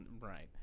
right